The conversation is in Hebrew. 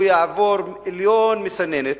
הוא יעבור מיליון מסננות,